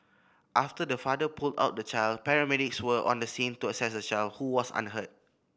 after the father pulled out the child paramedics were on the scene to assess the child who was unhurt